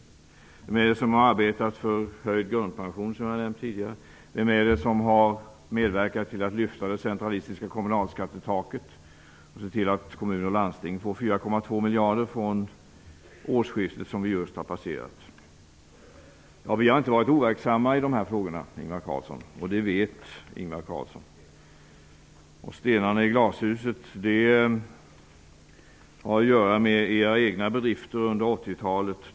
Vem är det som har arbetat för höjd grundpension, som jag nämnde tidigare? Vem är det som har medverkat till att lyfta det centralistiska kommunalskattetaket och sett till att kommuner och landsting får 4,2 miljarder från årsskiftet som vi just har passerat? Vi har inte varit overksamma i de här frågorna, Ingvar Carlsson. Det vet Ingvar Carlsson. Stenarna i glashuset har att göra med era egna bedrifter under 1980-talet.